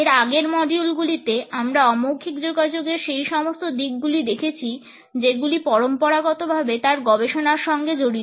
এর আগের মডিউলগুলিতে আমরা অমৌখিক যোগাযোগের সেই সমস্ত দিকগুলি দেখেছি যেগুলি পরম্পরাগতভাবে তার গবেষণার সঙ্গে জড়িত